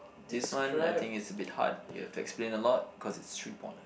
this one I think it's a bit hard you have to explain a lot cause it's three points